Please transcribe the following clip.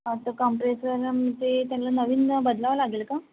आता कॉम्प्रेसर ते त्यांना नवीन बदलावं लागेल का